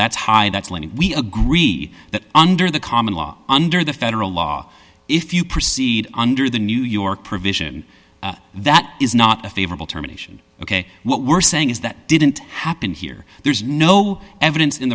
that we agree that under the common law under the federal law if you proceed under the new york provision that is not a favorable terminations ok what we're saying is that didn't happen here there's no evidence in